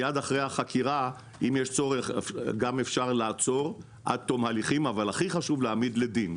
גם אפשר לעצור עד תום ההליכים לעמיד לדין,